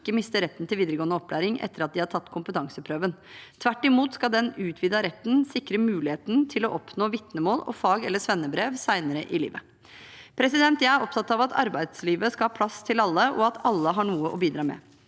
ikke mister retten til videregående opplæring etter at de har tatt kompetanseprøven. Tvert imot skal den utvidede retten sikre muligheten til å oppnå vitnemål og fag- eller svennebrev senere i livet. Jeg er opptatt av at arbeidslivet skal ha plass til alle, og at alle har noe å bidra med.